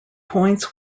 points